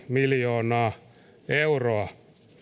miljoonaa euroa